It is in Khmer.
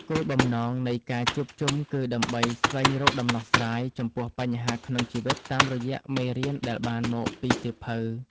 គោលបំណងនៃការជួបជុំគឺដើម្បីស្វែងរកដំណោះស្រាយចំពោះបញ្ហាក្នុងជីវិតតាមរយៈមេរៀនដែលបានមកពីសៀវភៅ។